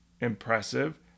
impressive